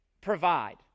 provide